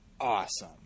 awesome